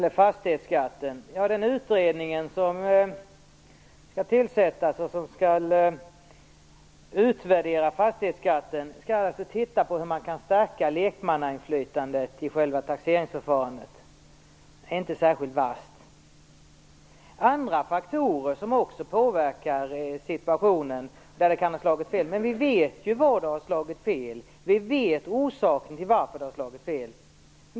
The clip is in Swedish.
Fru talman! Den utredning som skall tillsättas och som skall utvärdera fastighetsskatten skall alltså se på hur man kan stärka lekmannainflytandet i taxeringsförfarandet. Det är inte särskilt vasst. Det finns också andra faktorer som har påverkat situationen. Vi vet att det har slagit fel och orsaken till det.